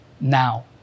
now